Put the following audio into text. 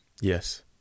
Yes